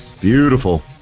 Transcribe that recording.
Beautiful